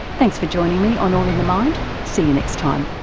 thanks for joining me on all in the mind, see you next time.